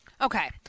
Okay